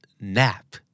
Nap